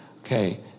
Okay